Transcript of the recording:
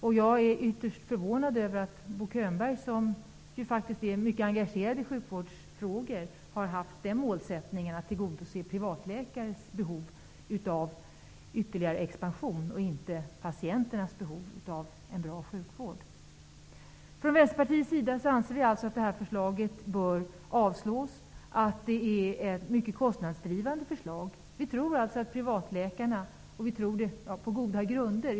Jag är ytterst förvånad över att Bo Könberg, som ju faktiskt är mycket engagerad i sjukvårdsfrågor, har haft målsättningen att tillgodose privatläkares behov av ytterligare expansion och inte patienternas behov av en bra sjukvård. Från Vänsterpartiets sida anser vi alltså att förslaget bör avslås. Det är ett mycket kostnadsdrivande förslag. Vi tror att förslaget kraftigt kommer att öka kostnaderna inom sjukvården. Vi tror det på goda grunder.